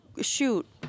shoot